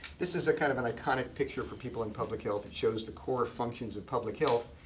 this is kind of an iconic picture for people in public health. it shows the core functions of public health,